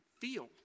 feel